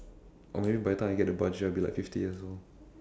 or maybe by the time I get the budget I'll be like fifty years old